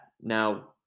Now